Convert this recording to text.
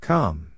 Come